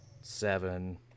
seven